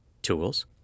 tools